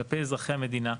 כלפי אזרחי המדינה.